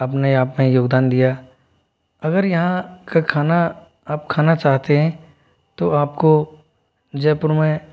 अपना अपना योगदान दिया अगर यहाँ का खाना आप खाना चाहते हैं तो आप को जयपुर में